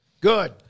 Good